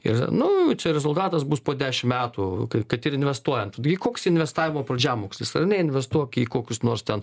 ir nu čia rezultatas bus po dešim metų kai kad ir investuojant nu taigi koks investavimo pradžiamokslis neinvestuok į kokius nors ten